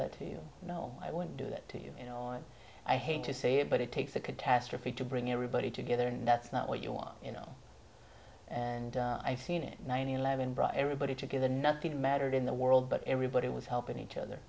that you know i won't do that to you you know i hate to say it but it takes a catastrophe to bring everybody together and that's not what you want in on and i've seen it nine eleven brought everybody together nothing mattered in the world but everybody was helping each other